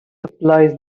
applies